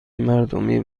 مردمی